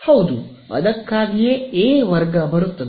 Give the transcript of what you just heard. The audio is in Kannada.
ಹೌದು ಅದಕ್ಕಾಗಿಯೇ ಎ ವರ್ಗ ಬರುತ್ತದೆ